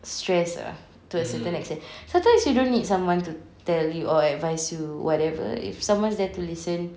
stress ah to a certain extent sometimes you don't need someone to tell you or advice you whatever if someone's there to listen